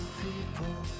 people